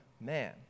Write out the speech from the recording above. man